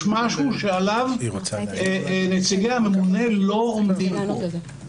יש משהו שעליו נציגי הממונה לא עומדים עליו.